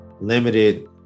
limited